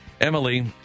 Emily